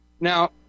now